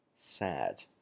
sad